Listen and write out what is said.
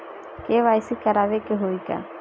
KYC करावे के होई का?